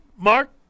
Mark